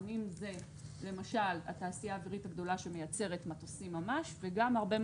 שזה למשל התעשייה האווירית הגדולה שמייצרת מטוסים ממש וגם